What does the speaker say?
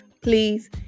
please